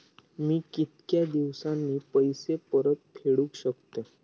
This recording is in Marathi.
मी कीतक्या दिवसांनी पैसे परत फेडुक शकतय?